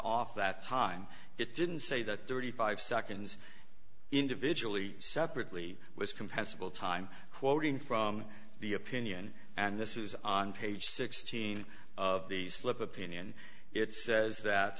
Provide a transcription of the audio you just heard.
off that time it didn't say that thirty five seconds individually separately was compensable time quoting from the opinion and this is on page sixteen of the slip opinion it says that